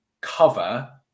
cover